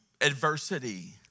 adversity